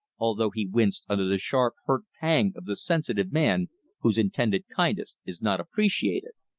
although he winced under the sharp hurt pang of the sensitive man whose intended kindness is not appreciated.